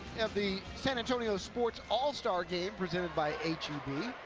at the san antonio sports all-star game presented by h e b.